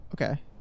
Okay